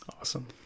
Awesome